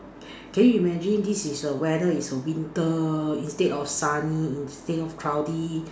can you imagine this is a weather is a winter instead of sunny instead of cloudy